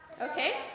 Okay